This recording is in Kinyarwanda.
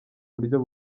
buryo